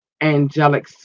angelic